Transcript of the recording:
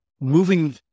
moving